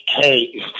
hey